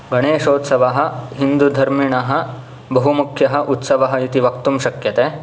गणेशोत्सवः हिन्दुधर्मिणः बहु मुख्यः उत्सवः इति वक्तुं शक्यते